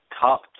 top